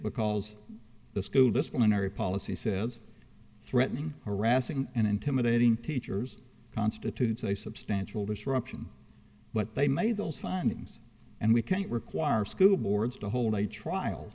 because the school disciplinary policy says threatening harassing and intimidating teachers constitutes a substantial disruption but they made those findings and we can't require school boards to hold a trial